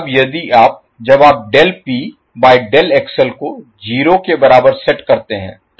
अब यदि आप जब आप del P by del XL को 0 के बराबर पर सेट करते हैं